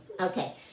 Okay